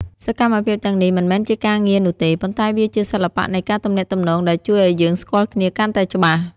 សកម្មភាពទាំងនេះមិនមែនជាការងារនោះទេ ប៉ុន្តែវាជាសិល្បៈនៃការទំនាក់ទំនងដែលជួយឱ្យយើងស្គាល់គ្នាកាន់តែច្បាស់។